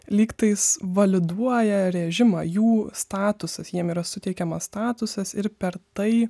lygtais validuoja režimą jų statusas jiem yra suteikiamas statusas ir per tai